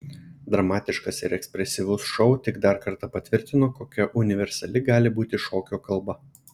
dramatiškas ir ekspresyvus šou tik dar kartą patvirtino kokia universali gali būti šokio kalba